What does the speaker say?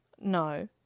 No